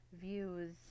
views